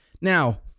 Now